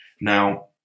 Now